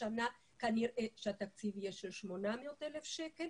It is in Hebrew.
השנה כנראה שהתקציב יהיה 800,000 שקל.